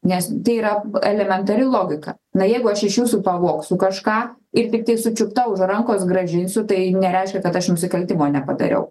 nes tai yra elementari logika na jeigu aš iš jūsų pavogsiu kažką ir tiktai sučiupta už rankos grąžinsiu tai nereiškia kad aš nusikaltimo nepadariau